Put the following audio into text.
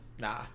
Nah